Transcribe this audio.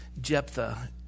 Jephthah